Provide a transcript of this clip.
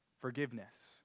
forgiveness